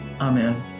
Amen